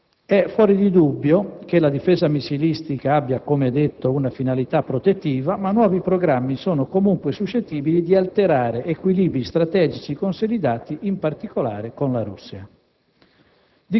È fuor di dubbio che la difesa missilistica abbia - come detto - una finalità protettiva, ma nuovi programmi sono, comunque, suscettibili di alterare equilibri strategici consolidati, in particolare con la Russia.